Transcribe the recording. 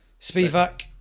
Spivak